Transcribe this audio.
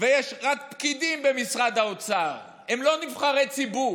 ויש רק פקידים במשרד האוצר, הם לא נבחרי ציבור,